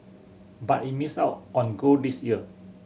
but it missed out on gold this year